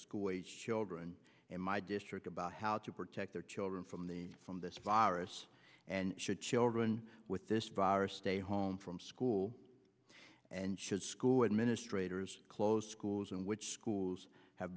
school age children in my district about how to protect their children from the from this virus and should children with this virus stay home from school and should school administrators close schools in which schools have